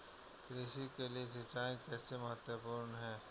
कृषि के लिए सिंचाई कैसे महत्वपूर्ण है?